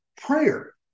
prayer